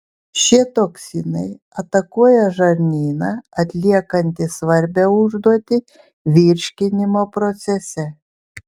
šie toksinai atakuoja žarnyną atliekantį svarbią užduotį virškinimo procese